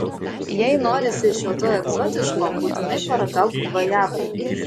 jei norisi šio to egzotiško būtinai paragauk gvajavų